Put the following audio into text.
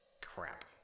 Crap